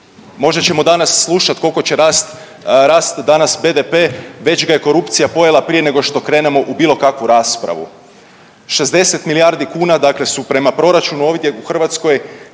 Možda ćemo danas slušat koliko će rast danas BDP, već ga je korupcija pojela prije nego što krenemo u bilo kakvu raspravu. 60 milijardi kuna dakle su prema proračunu ovdje u Hrvatskoj